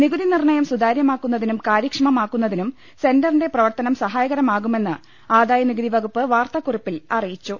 നികുതി നിർണയം സുതാര്യമാക്കുന്നതിനും കാര്യക്ഷമമാക്കുന്നതിനും സെന്ററിന്റെ പ്രവർത്തനം സഹായകരമാകുമെന്ന് ആദായനികുതി വകുപ്പ് വാർത്താക്കുറിപ്പിൽ അറിയിച്ചു